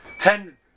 Ten